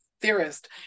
theorist